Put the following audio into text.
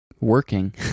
working